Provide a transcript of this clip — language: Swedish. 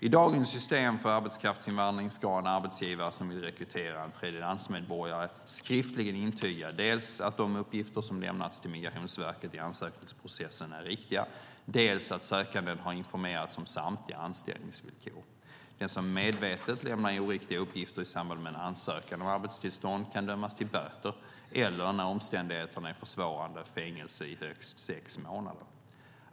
I dagens system för arbetskraftsinvandring ska en arbetsgivare som vill rekrytera en tredjelandsmedborgare skriftligen intyga dels att de uppgifter som lämnats till Migrationsverket i ansökningsprocessen är riktiga, dels att sökanden har informerats om samtliga anställningsvillkor. Den som medvetet lämnar oriktiga uppgifter i samband med en ansökan om arbetstillstånd kan dömas till böter eller, när omständigheterna är försvårande, fängelse i högst sex månader.